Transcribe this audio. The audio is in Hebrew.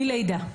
מלידה.